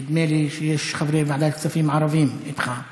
נדמה לי שיש חברי ועדת כספים ערבים איתך בוועדה,